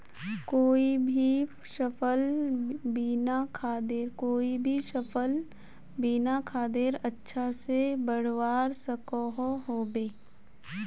कोई भी सफल बिना खादेर अच्छा से बढ़वार सकोहो होबे?